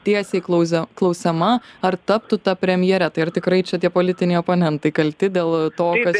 tiesiai klausė klausiama ar taptų ta premjere tai ar tikrai čia tie politiniai oponentai kalti dėl to kad